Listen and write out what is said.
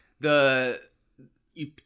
the—you